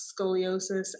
scoliosis